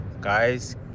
Guys